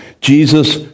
Jesus